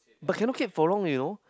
but cannot kept for long you know